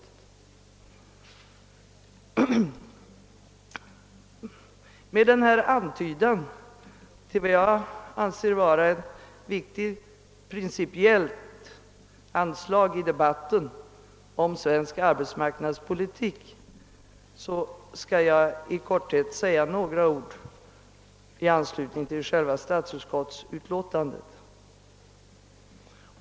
Efter denna antydan om vad jag anser vara ett viktigt principiellt anslag i debatten om svensk arbetsmarknadspolitik skall jag i korthet säga några ord i anslutning till statsutskottets utlåtande nr 58.